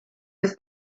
his